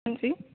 ਹਾਂਜੀ